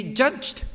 judged